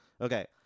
okay